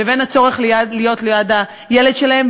לבין הצורך להיות ליד הילד שלהן,